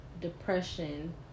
depression